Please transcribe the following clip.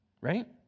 Right